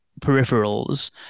peripherals